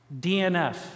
DNF